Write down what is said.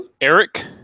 Eric